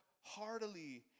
heartily